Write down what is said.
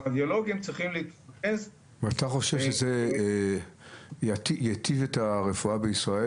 הרדיולוגים צריכים --- ואתה חושב שזה ייטיב את הרפואה בישראל?